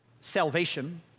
salvation